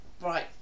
Right